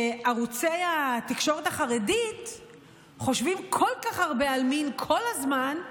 בערוצי התקשורת החרדית חושבים כל כך הרבה על מין כל הזמן,